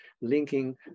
linking